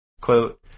quote